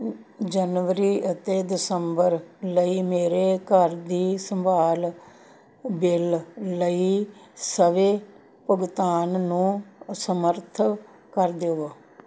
ਜਨਵਰੀ ਅਤੇ ਦਸੰਬਰ ਲਈ ਮੇਰੇ ਘਰ ਦੀ ਸੰਭਾਲ ਬਿੱਲ ਲਈ ਸਵੈ ਭੁਗਤਾਨ ਨੂੰ ਅਸਮਰੱਥ ਕਰ ਦਿਓ